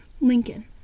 Lincoln